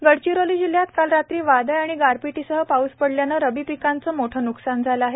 गारपीट गडचिरोली जिल्ह्यात काल रात्री वादळ व गारपिटीसह पाऊस पडल्याने रबी पिकांचे मोठे न्कसान झाले आहे